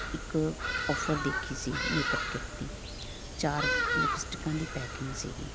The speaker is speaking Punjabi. ਇੱਕ ਔਫਰ ਦੇਖੀ ਸੀ ਮੇਕਅਪ ਕਿੱਟ ਦੀ ਚਾਰ ਲਿਪਸਟਿਕਾਂ ਦੀ ਪੈਕਿੰਗ ਸੀਗੀ